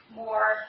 more